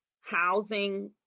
housing